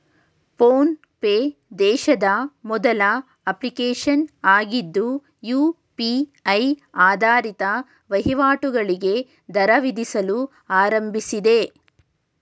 phone pay ದೇಶದ ಮೊದಲ application ಆಗಿದ್ದು ಯು.ಪಿ.ಐ ಆಧಾರಿತ ವಹಿವಾಟುಗಳಿಗೆ ದರ ವಿಧಿಸಲು ಆರಂಭಿಸಿದೆ